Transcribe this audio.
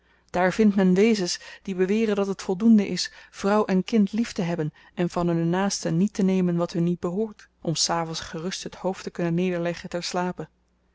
daar vindt men wezens die beweren dat het voldoende is vrouw en kind lieftehebben en van hunnen naaste niet te nemen wat hun niet behoort om s avends gerust het hoofd te kunnen nederleggen